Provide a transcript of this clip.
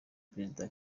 perezida